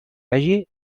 hagi